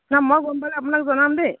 নহয় মই গম পালে আপোনাক জনাম দেই